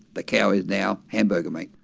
the cow is now hamburger meat!